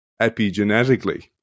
epigenetically